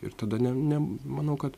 ir tada ne ne manau kad